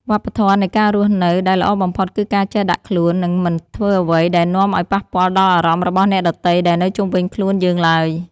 វប្បធម៌នៃការរស់នៅដែលល្អបំផុតគឺការចេះដាក់ខ្លួន និង មិនធ្វើអ្វីដែលនាំឱ្យប៉ះពាល់ដល់អារម្មណ៍របស់អ្នកដទៃដែលនៅជុំវិញខ្លួនយើងឡើយ។